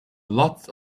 lots